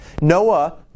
Noah